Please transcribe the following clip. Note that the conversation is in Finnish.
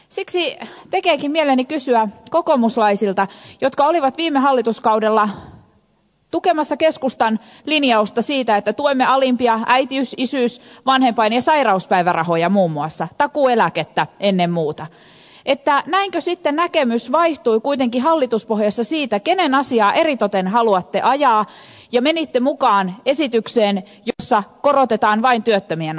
siksi tekeekin mieleni kysyä kokoomuslaisilta jotka olivat viime hallituskaudella tukemassa keskustan linjausta siitä että tuemme alimpia äitiys isyys vanhempain ja sairauspäivärahoja muun muassa takuueläkettä ennen muuta näinkö sitten näkemys vaihtui kuitenkin hallituspohjassa siitä kenen asiaa eritoten haluatte ajaa ja menitte mukaan esitykseen jossa parannetaan vain työttömien asemaa